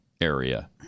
area